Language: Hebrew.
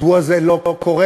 מדוע זה לא קורה?